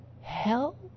hell